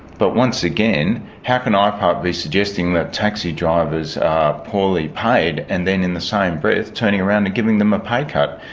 but once again, how can ah ipart be suggesting that taxi drivers are poorly paid and then in the same breath turning around and giving them a pay cut?